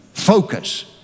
Focus